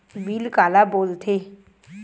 Bill काला बोल थे?